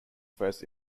first